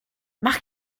mach